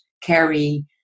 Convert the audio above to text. carry